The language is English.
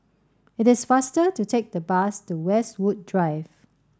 it is faster to take the bus to Westwood Drive